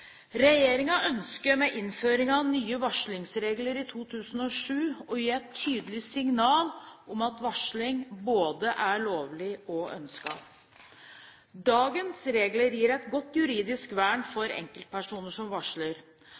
med innføringen av nye varslingsregler i 2007 å gi et tydelig signal om at varsling både er lovlig og ønsket. Dagens regler gir et godt juridisk vern for enkeltpersoner som varsler.